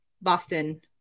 boston